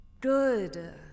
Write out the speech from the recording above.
Good